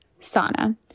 sauna